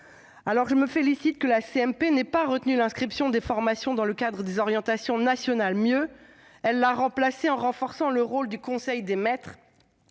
carte. Je me félicite que la CMP n'ait pas retenu l'inscription des formations dans le cadre des orientations nationales. Mieux, elle lui a substitué un renforcement du rôle du conseil des maîtres,